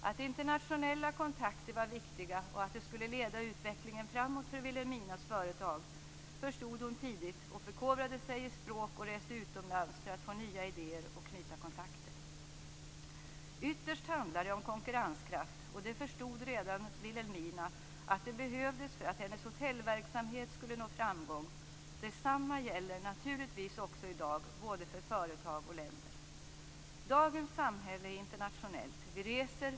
Att internationella kontakter var viktiga och att de skulle leda utvecklingen framåt för Wilhelminas företag förstod hon tidigt, och hon förkovrade sig i språk och reste utomlands för att få nya idéer och knyta kontakter. Ytterst handlar det om konkurrenskraft, och redan Wilhelmina förstod att det behövdes för att hennes hotellverksamhet skulle nå framgång. Detsamma gäller naturligtvis också i dag, både för företag och länder. Dagens samhälle är internationellt. Vi reser.